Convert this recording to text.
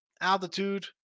altitude